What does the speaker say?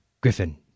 griffin